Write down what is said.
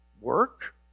work